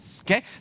Okay